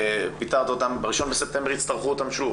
כשפיטרת אותם שב-1 בספטמבר יצטרכו אותן שוב,